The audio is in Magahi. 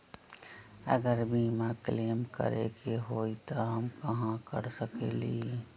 अगर बीमा क्लेम करे के होई त हम कहा कर सकेली?